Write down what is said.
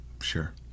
Sure